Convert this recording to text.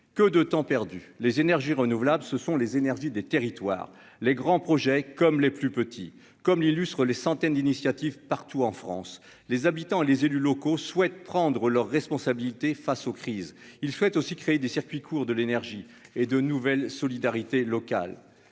que de temps perdu, les énergies renouvelables, ce sont les énergies des territoires, les grands projets comme les plus petits, comme l'illustrent les centaines d'initiatives partout en France, les habitants, les élus locaux souhaitent prendre leurs responsabilités face aux crises, il souhaite aussi créer des circuits courts, de l'énergie et de nouvelles solidarités locales,